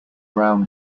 brown